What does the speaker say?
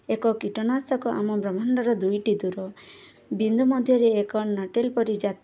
ଏକ କୀଟନାଶକ ଆମ ବ୍ରହ୍ମାଣ୍ଡର ଦୁଇଟି ଦୂର ବିନ୍ଦୁ ମଧ୍ୟରେ ଏକ ନାଟେଲ ପରି ଜାତ